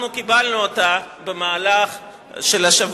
אנחנו קיבלנו אותה במהלך השבוע.